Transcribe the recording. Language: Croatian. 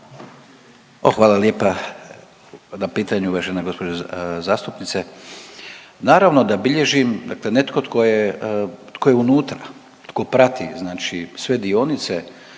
hvala lijepa na pitanju uvažena gospođo zastupnice. Naravno da bilježim dakle netko tko je, tko je unutra tko prati znači sve dionice,